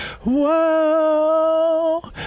whoa